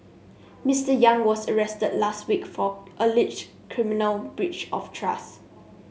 Mister Yang was arrested last week for alleged criminal breach of trust